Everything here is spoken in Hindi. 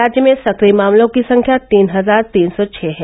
राज्य में सक्रिय मामलों की संख्या तीन हजार तीन सौ छः है